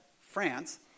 France